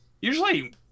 usually